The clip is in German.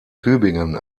tübingen